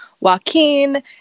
Joaquin